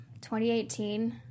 2018